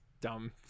dumb